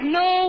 no